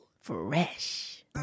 Fresh